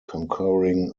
concurring